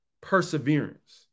perseverance